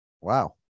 Wow